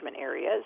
areas